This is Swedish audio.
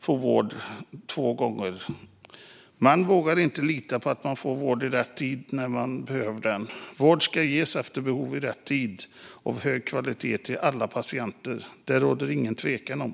få vård. Man vågar inte lita på att man får vård i rätt tid när man behöver den. Vård ska vara av hög kvalitet och ges efter behov och i rätt tid till alla patienter. Om det råder inget tvivel.